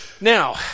now